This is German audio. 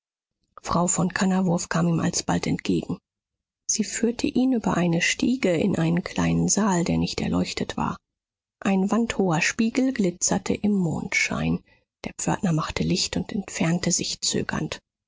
frau von kannawurf kam ihm alsbald entgegen sie führte ihn über eine stiege in einen kleinen saal der nicht erleuchtet war ein wandhoher spiegel glitzerte im mondschein der pförtner machte licht und entfernte sich zögernd